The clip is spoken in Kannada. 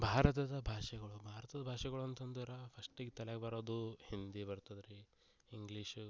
ಭಾರತದ ಭಾಷೆಗಳು ಭಾರತದ ಭಾಷೆಗಳು ಅಂತಂದ್ರೆ ಫಸ್ಟಿಗೆ ತಲೆಗೆ ಬರೋದು ಹಿಂದಿ ಬರ್ತದೆ ರೀ ಇಂಗ್ಲಿಷ್